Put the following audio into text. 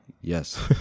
yes